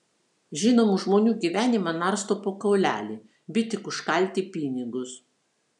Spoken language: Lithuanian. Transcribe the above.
žinomų žmonių gyvenimą narsto po kaulelį by tik užkalti pinigus